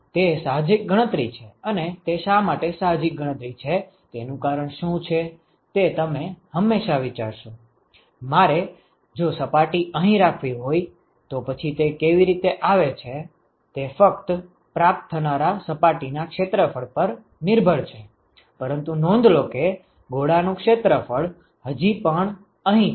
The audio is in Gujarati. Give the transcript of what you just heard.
તે સાહજિક ગણતરી છે અને તે શા માટે સાહજિક ગણતરી છે તેનું કારણ શું છે તે તમે હંમેશાં વિચારશો મારે જો સપાટી અહીં રાખવી હોય તો પછી તે કેવી રીતે આવે છે તે ફક્ત પ્રાપ્ત થનારા સપાટીના ક્ષેત્રફળ પર નિર્ભર છે પરંતુ નોંધ લો કે ગોળા નું ક્ષેત્રફળ હજી પણ અહીં છે